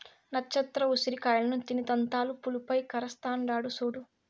నచ్చత్ర ఉసిరి కాయలను తిని దంతాలు పులుపై కరస్తాండాడు సూడు